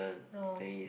no